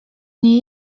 nie